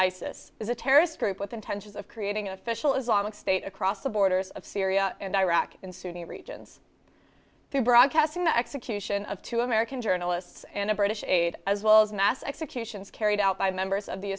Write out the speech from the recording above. isis is a terrorist group with intentions of creating a special islamic state across the borders of syria and iraq in sunni regions they're broadcasting the execution of two american journalists and a british aid as well as mass executions carried out by members of the